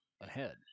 ahead